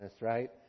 right